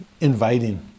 inviting